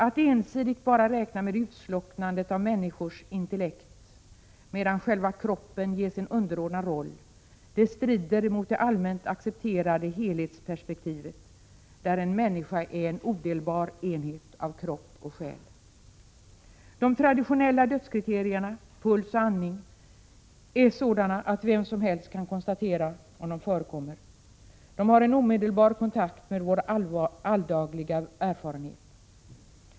Att ensidigt bara räkna med utslocknandet av människors intellekt, medan själva kroppen ges en underordnad roll, strider mot det allmänt accepterade helhetsperspektivet, där en människa är en odelbar enhet av kropp och själ. De traditionella dödskriterierna — puls och andning — är sådana att vem som helst kan konstatera om de förekommer. De har en omedelbar kontakt med vår alldagliga erfarenhet.